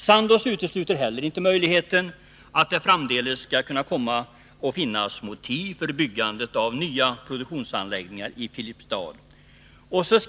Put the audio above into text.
Sandoz utesluter heller inte möjligheten att det framdeles skall kunna Om den aviserade komma att finnas motiv för byggande av nya produktionsanläggningar i försäljningen av Filipstad.